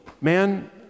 man